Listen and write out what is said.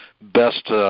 best